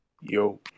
yo